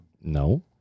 No